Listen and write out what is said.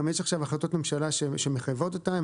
גם יש עכשיו החלטות ממשלה שמחייבות אותה.